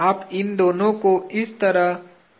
आप इन दोनों को इस तरह पिन कर सकते हैं